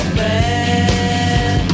bad